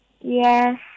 Yes